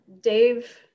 Dave